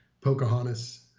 Pocahontas